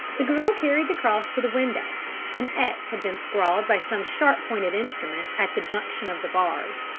the girl carried the cross to the window an x had been scrawled by some sharp-pointed instrument at the junction of the bars.